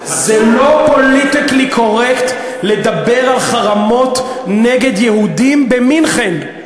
זה לא פוליטיקלי קורקט לדבר על חרמות נגד יהודים במינכן.